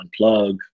unplug